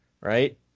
right